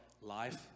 life